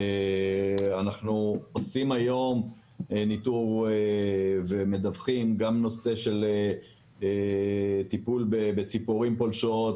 אנחנו עושים היום ניטור ומדווחים גם בנושא טיפול בציפורים פולשות,